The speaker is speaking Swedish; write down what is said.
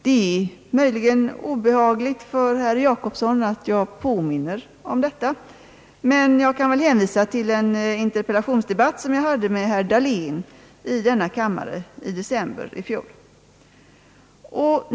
Det är möjligen obehagligt för herr Per Jacobsson att jag påminner om detta, men jag kan hänvisa till en interpellationsdebatt som jag hade med herr Dahlén i denna kammare i december månad i fjol.